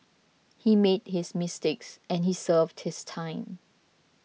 he made his mistakes and he served his time